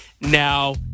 Now